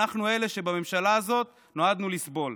אנחנו אלה שבממשלה הזאת נועדנו לסבול.